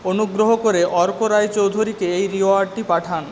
অনুগ্রহ করে অর্ক রায়চৌধুরীকে এই রিওয়ার্ডটি পাঠান